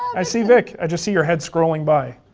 i see vic, i just see your head scrolling by.